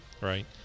right